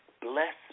bless